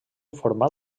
format